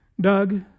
Doug